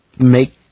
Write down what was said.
Make